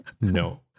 No